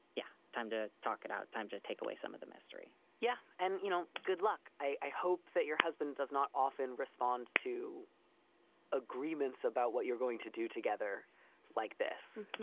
yeah. time to talk it out. time to take away some of the mystery yeah. and you know, good luck i hope that your husband does not often respond to agreements about what you're going to do together like this,